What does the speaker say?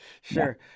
Sure